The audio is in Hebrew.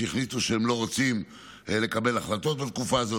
שהחליטו שהן לא רוצות לקבל החלטות בתקופה הזאת.